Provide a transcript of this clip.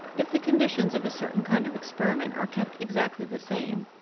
if the conditions of a certain kind of experiment are kept exactly the same,